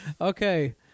Okay